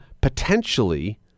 potentially